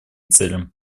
целям